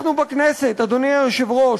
אנחנו בכנסת, אדוני היושב-ראש,